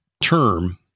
term